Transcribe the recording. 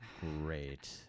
Great